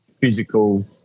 physical